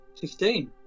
Fifteen